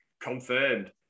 Confirmed